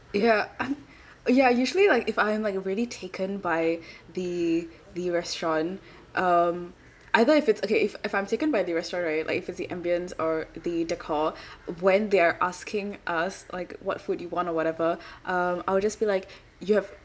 ya I'm ya usually like if I'm like really taken by the the restaurant um either if it's okay if if I'm taken by the restaurant right like if it's the ambience or the decor when they're asking us like what food you want or whatever um I'll just be like you have